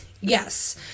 yes